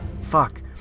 fuck